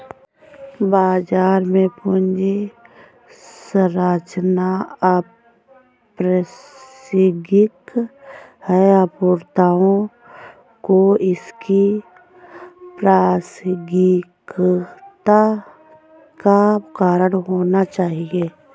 बाजार में पूंजी संरचना अप्रासंगिक है, अपूर्णताओं को इसकी प्रासंगिकता का कारण होना चाहिए